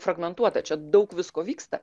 fragmentuota čia daug visko vyksta